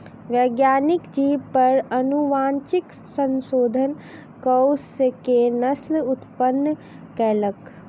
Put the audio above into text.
वैज्ञानिक जीव पर अनुवांशिक संशोधन कअ के नस्ल उत्पन्न कयलक